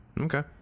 Okay